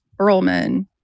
Earlman